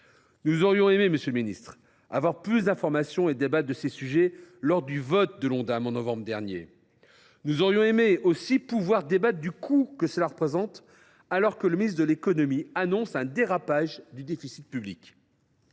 Nous aurions aimé, monsieur le ministre, avoir plus d’informations et débattre de ces sujets lors du vote de l’Ondam, en novembre dernier. Absolument ! Nous aurions aimé aussi pouvoir débattre du coût que cela représente, alors que le ministre de l’économie annonce un dérapage du déficit public.